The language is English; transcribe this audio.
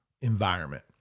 environment